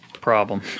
problem